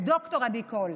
ד"ר עדי קול,